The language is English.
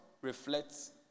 reflects